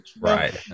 Right